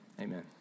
amen